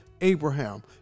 Abraham